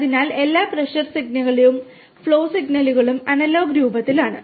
അതിനാൽ എല്ലാ പ്രഷർ സിഗ്നലുകളും ഫ്ലോ സിഗ്നലുകളും അനലോഗ് രൂപത്തിലാണ്